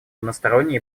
односторонние